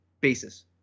basis